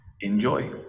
Enjoy